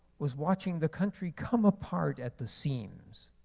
was watching the country come apart at the seams.